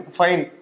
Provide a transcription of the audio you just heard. fine